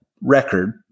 record